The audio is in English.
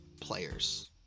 players